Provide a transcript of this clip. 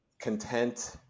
content